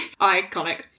Iconic